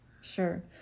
Sure